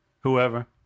whoever